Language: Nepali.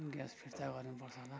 ग्यास फिर्ता गर्नुपर्छ होला